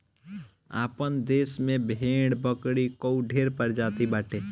आपन देस में भेड़ बकरी कअ ढेर प्रजाति बाटे